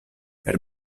per